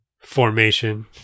formation